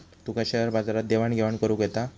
तुका share बाजारात देवाण घेवाण करुक येता?